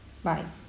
bye